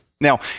Now